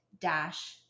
dash